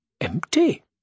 Empty